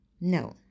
No